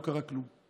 לא קרה כלום.